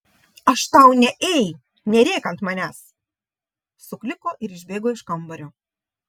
aš tau ne ei nerėk ant manęs sukliko ir išbėgo iš kambario